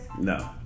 no